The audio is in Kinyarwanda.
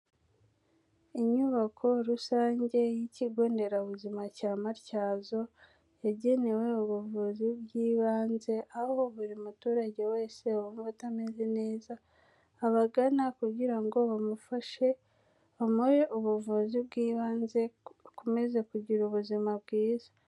Inyubako rusange y'ikigo nderabuzima cya Matyazo, yagenewe ubuvuzi bw'ibanze, aho buri muturage wese wumva utameze neza, abagana kugira ngo bamufashe bamuhe ubuvuzi bw'ibanze, akomeze kugira ubuzima bwiza.